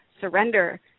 surrender